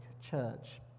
church